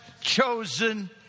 chosen